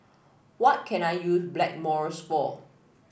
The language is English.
what can I use Blackmores for